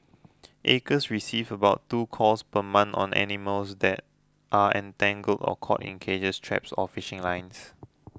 acres receive about two calls per month on animals that are entangled or caught in cages traps or fishing lines